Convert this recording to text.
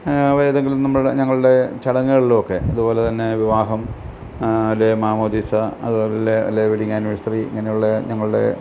ഏതെങ്കിലും നമ്മൾ ഞങ്ങളുടെ ചടങ്ങുകളിലുവൊക്കെ അതുപോലെ തന്നെ വിവാഹം അല്ലെ മാമോദീസ അതുപോലെ വെഡിങ്ങ് ആനിവേഴ്സറി ഇങ്ങനെയുള്ള ഞങ്ങൾടെ